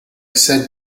said